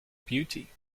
beauty